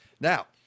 Now